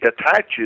attaches